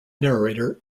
narrator